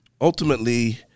ultimately